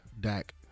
Dak